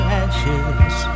ashes